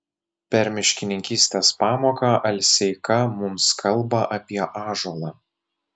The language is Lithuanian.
per miškininkystės pamoką alseika mums kalba apie ąžuolą